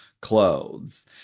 clothes